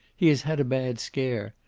he has had a bad scare.